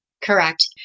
Correct